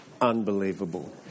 Unbelievable